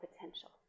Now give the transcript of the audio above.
potential